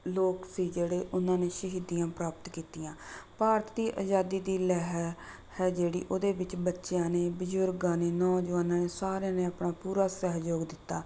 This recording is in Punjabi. ਲੋਕ ਸੀ ਜਿਹੜੇ ਉਹਨਾਂ ਨੇ ਸ਼ਹੀਦੀਆਂ ਪ੍ਰਾਪਤ ਕੀਤੀਆਂ ਭਾਰਤ ਦੀ ਅਜ਼ਾਦੀ ਦੀ ਲਹਿਰ ਹੈ ਜਿਹੜੀ ਉਹਦੇ ਵਿੱਚ ਬੱਚਿਆਂ ਨੇ ਬਜ਼ੁਰਗਾਂ ਨੇ ਨੌਜਵਾਨਾਂ ਨੇ ਸਾਰਿਆਂ ਨੇ ਆਪਣਾ ਪੂਰਾ ਸਹਿਯੋਗ ਦਿੱਤਾ